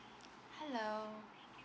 hello